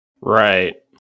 Right